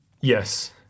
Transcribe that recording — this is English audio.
yes